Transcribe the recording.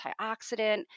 antioxidant